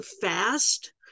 fast